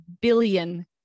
billion